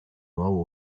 nuovo